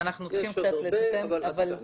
אוקיי, יש עוד הרבה, אבל עד כאן.